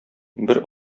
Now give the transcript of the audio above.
бер